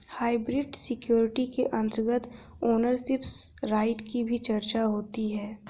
hybrid security के अंतर्गत ownership right की भी चर्चा होती है